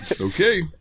Okay